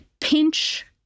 pinch